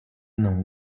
não